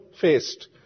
faced